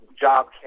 job